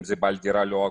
אם זה בעל דירה לא הגון.